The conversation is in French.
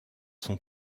son